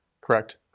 correct